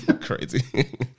Crazy